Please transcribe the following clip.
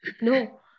No